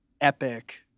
epic